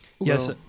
Yes